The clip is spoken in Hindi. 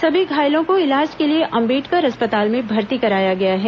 सभी घायलों को इलाज के लिए अंबेडकर अस्पताल में भर्ती कराया गया है